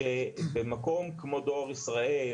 שבמקום כמו דואר ישראל,